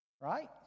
right